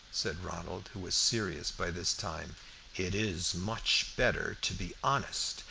said ronald, who was serious by this time it is much better to be honest,